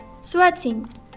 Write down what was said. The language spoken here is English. Sweating